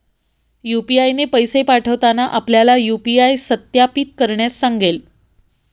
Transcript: UPI ने पैसे पाठवताना आपल्याला यू.पी.आय सत्यापित करण्यास सांगेल